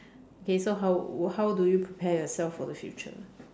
okay so how how do you prepare yourself for the future